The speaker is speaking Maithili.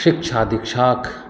शिक्षा दीक्षाक